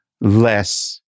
less